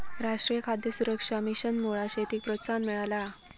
राष्ट्रीय खाद्य सुरक्षा मिशनमुळा शेतीक प्रोत्साहन मिळाला हा